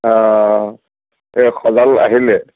অঁ এই সজাল আহিলে